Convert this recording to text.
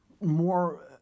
more